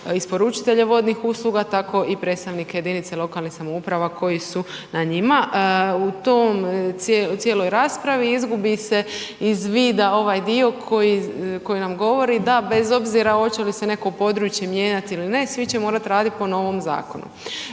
isporučitelje vodnih usluga, tako i predstavnike jedinica lokalnih samouprava koji su na njima. U toj cijeloj raspravi izgubi iz vida ovaj dio koji nam govori da bez obzira hoće li se netko područje mijenjati ili ne, svi će morati raditi po novom zakonu